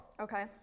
Okay